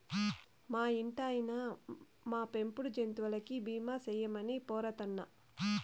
మా ఇంటాయినా, మా పెంపుడు జంతువులకి బీమా సేయమని పోరతన్నా